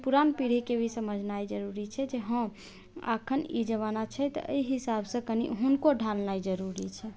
पुरान पीढ़ीके भी समझेनाइ जरुरी छै जे हँ एखन ई जमाना छै तऽ अइ हिसाबसँ कनी हुनको ढ़ालनाइ जरुरी छै